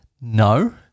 No